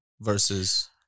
versus